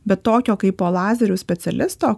bet tokio kaipo lazerių specialisto